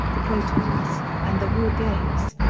the krotons, and the war games.